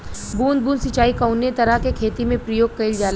बूंद बूंद सिंचाई कवने तरह के खेती में प्रयोग कइलजाला?